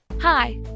Hi